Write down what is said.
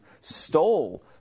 stole